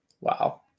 Wow